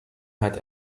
had